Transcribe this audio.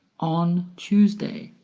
on tuesday,